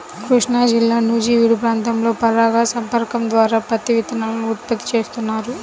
కృష్ణాజిల్లా నూజివీడు ప్రాంతంలో పరాగ సంపర్కం ద్వారా పత్తి విత్తనాలను ఉత్పత్తి చేస్తున్నారు